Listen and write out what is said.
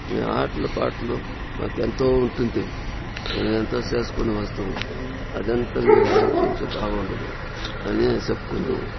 ఈ ఆటలు పాటలు మాకెంతో ఉంటుంది మేమెంతో చేసుకొని వస్తాము అదంతా మీరు అడుగుతుంటే బాగుండదు అనే చెప్పు కుంటాము